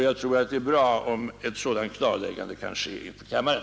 Jag tror det är bra om ett sådant klarläggande kan göras inför kammaren.